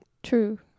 True